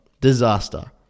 Disaster